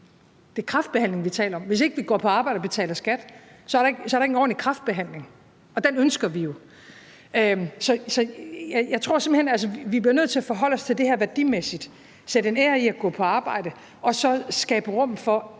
f.eks. kræftbehandling, vi taler om. Hvis ikke vi går på arbejde og betaler skat, er der ikke nogen ordentlig kræftbehandling, og det ønsker vi jo. Jeg tror simpelt hen, at vi bliver nødt til at forholde os til det her værdimæssigt, altså sætte en ære i at gå på arbejde, og så skabe rum for,